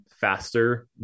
faster